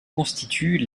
constitue